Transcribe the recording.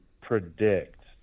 predict